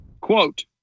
Quote